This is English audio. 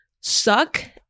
suck